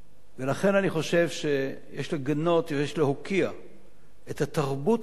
ולכן אני חושב שיש לגנות ויש להוקיע את התרבות הזאת